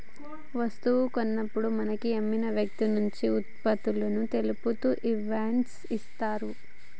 వస్తువు కొన్నప్పుడు మనకు అమ్మిన వ్యక్తినుంచి వుత్పత్తులను తెలుపుతూ ఇన్వాయిస్ ఇత్తరు